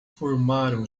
formaram